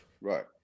right